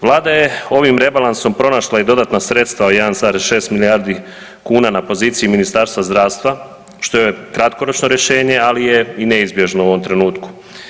Vlada je ovim rebalansom pronašla i dodatna sredstva od 1,6 milijardi kuna na poziciji Ministarstva zdravstva, što je kratkoročno rješenje, ali je i neizbježno u ovom trenutku.